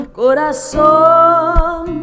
corazón